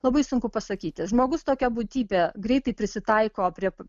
labai sunku pasakyti žmogus tokia būtybė greitai prisitaiko prie